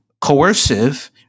coercive